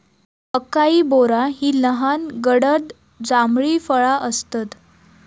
acai berry ही लहान गडद जांभळी फळा आसतत